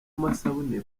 amasabune